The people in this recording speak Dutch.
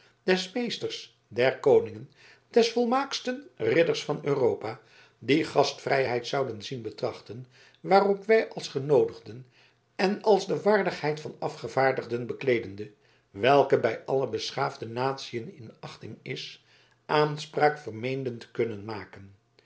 des meesters der koningen des volmaaksten ridders van europa die gastvrijheid zouden zien betrachten waarop wij als genoodigden en als de waardigheid van afgevaardigden bekleedende welke bij alle beschaafde natiën in achting is aanspraak vermeenden te kunnen maken